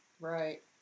Right